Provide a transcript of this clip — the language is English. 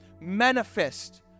manifest